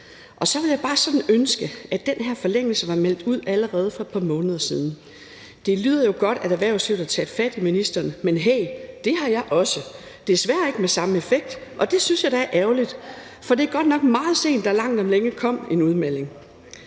Og så ville jeg bare sådan ønske, at den her forlængelse var meldt ud allerede for et par måneder siden. Det lyder jo godt, at erhvervslivet har taget fat i ministeren, men hey, det har jeg også, desværre ikke med samme effekt, og det synes jeg da er ærgerligt, for det er godt nok meget sent, at der langt om længe kom en udmelding.